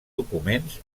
documents